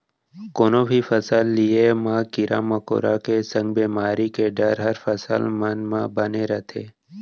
कोनो भी फसल लिये म कीरा मकोड़ा के संग बेमारी के डर हर फसल मन म बने रथे